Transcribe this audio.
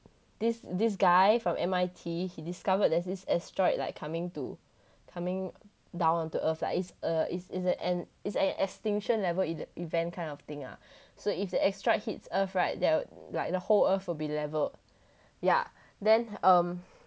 this this guy from M_I_T he discovered there's this asteroid like coming to coming down onto earth like it's a it's it's a it's an extinction level eve~ event kind of thing ah so if the asteroid hits earth right there like the whole earth will be leveled ya then um